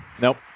Nope